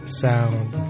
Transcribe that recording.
sound